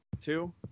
two